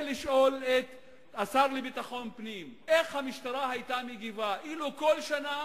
לשאול את השר לביטחון הפנים איך המשטרה היתה מגיבה אילו כל שנה